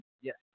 Yes